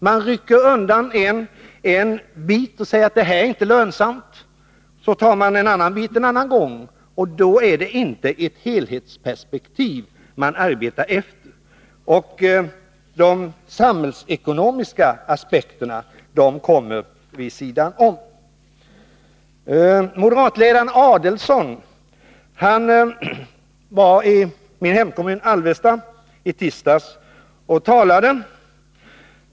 Man rycker undan en bit och säger att trafiken där inte är lönsam. En annan gång tar man en annan bit — då är det inte ett helhetsperspektiv man arbetar utifrån. De samhällsekonomiska aspekterna hamnar vid sidan om. Moderatledaren Ulf Adelsohn var och talade i min hemkommun Alvesta i tisdags.